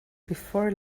before